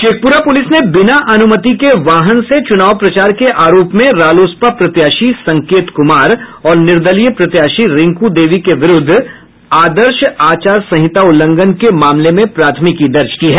Sheikhpura police ने बिना अनुमति के वाहन से चुनाव प्रचार के आरोप में रालोसपा प्रत्याशी संकेत कुमार और निर्दलीय प्रत्याशी रिंकू देवी के विरुद्ध आदर्श आचार संहिता उल्लंघन के मामले में प्राथमिकी दर्ज की है